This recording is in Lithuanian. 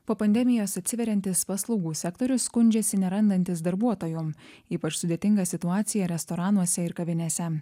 po pandemijos atsiveriantis paslaugų sektorius skundžiasi nerandantis darbuotojų ypač sudėtinga situacija restoranuose ir kavinėse